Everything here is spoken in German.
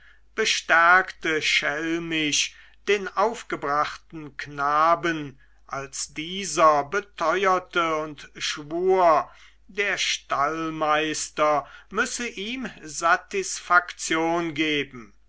bestärkte schelmisch den aufgebrachten knaben als dieser beteuerte und schwur der stallmeister müsse ihm satisfaktion geben